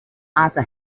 outta